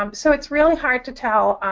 um so it's really hard to tell.